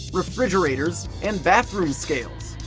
refrigerators, and bathroom scales.